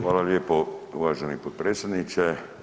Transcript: Hvala lijepo uvaženi potpredsjedniče.